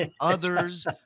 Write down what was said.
others